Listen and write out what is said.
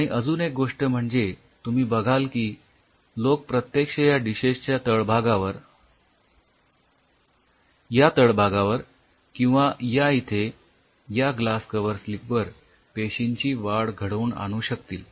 आणि अजून एक गोष्ट म्हणजे तुम्ही बघाल की लोक प्रत्यक्ष या डिशेस च्या तळभागावर या तळभागावर किंवा या इथे या ग्लास कव्हरस्लीपवर पेशींची वाढ घडवून आणू शकतील